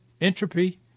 entropy